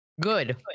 Good